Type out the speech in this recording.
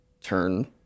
turn